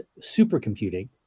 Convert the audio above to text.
supercomputing